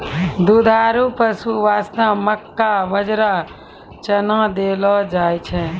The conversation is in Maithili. दुधारू पशु वास्तॅ मक्का, बाजरा, चना देलो जाय छै